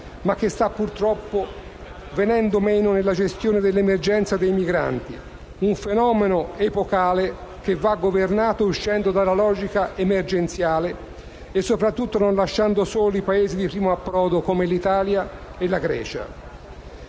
ma che sta purtroppo venendo meno nella gestione dell'emergenza dei migranti, un fenomeno epocale che va governato uscendo dalla logica emergenziale e, soprattutto, non lasciando soli i Paesi di primo approdo come l'Italia e la Grecia.